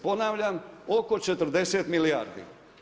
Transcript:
Ponavljam oko 40 milijardi.